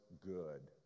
good